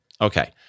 Okay